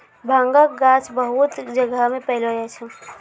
भांगक गाछ बहुत जगह नै पैलो जाय छै